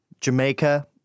Jamaica